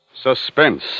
Suspense